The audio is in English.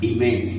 Amen